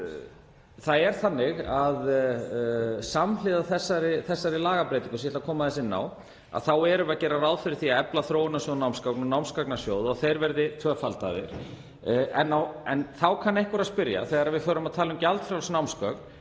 og aðgerðaáætlun. Samhliða þessari lagabreytingu, sem ég ætla að koma aðeins inn á, erum við að gera ráð fyrir því að efla þróunarsjóð námsgagna og námsgagnasjóð, að þeir verði tvöfaldaðir. Þá kann einhver að spyrja, þegar við förum að tala um gjaldfrjáls námsgögn: